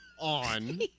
on